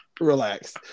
relax